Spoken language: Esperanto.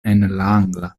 angla